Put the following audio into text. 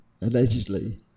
allegedly